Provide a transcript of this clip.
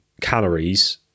calories